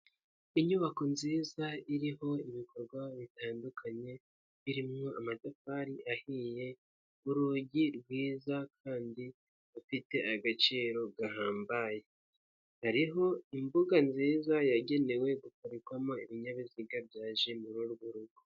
Inyubako nziza iriho ibikorwa bitandukanye, birimo amatafari ahiye, urugi rwiza kandi rufite agaciro gahambaye hariho imbuga nziza yagenewe gupatikwamo ibinyabiziga byaje muri urwo rugo.